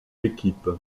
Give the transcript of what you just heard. équipe